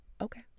Okay